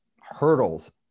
hurdles